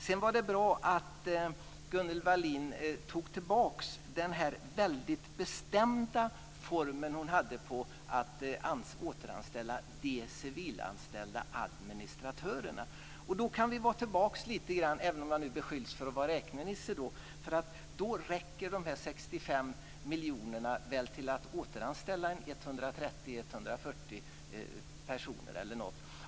Sedan var det bra att Gunnel Wallin tog tillbaka den bestämda formen: att återanställa de civilanställda administratörerna. Då kan vi gå tillbaka lite grann, även om jag beskylls för att vara räknenisse, och se att de 65 miljonerna nog räcker till att återanställa 130-140 personer eller så.